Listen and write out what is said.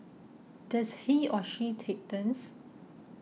does he or she take turns